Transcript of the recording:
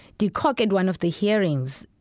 de kock, at one of the hearings,